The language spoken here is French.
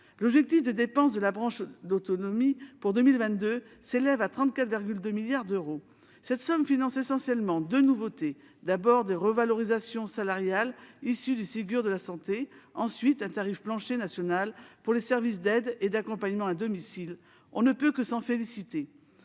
L'objectif de dépenses de la branche autonomie pour 2022 s'élève à 34,2 milliards d'euros. Cette somme finance essentiellement deux nouveautés : des revalorisations salariales issues du Ségur de la santé et un tarif plancher national pour les services d'aide et d'accompagnement à domicile (SAAD). On ne peut que s'en féliciter.